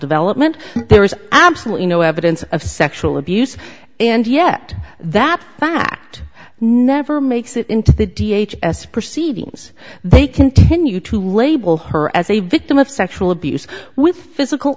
development there is absolutely no evidence of sexual abuse and yet that fact never makes it into the d h s proceedings they continue to label her as a victim of sexual abuse with physical